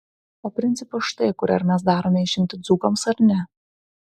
o principas štai kur ar mes darome išimtį dzūkams ar ne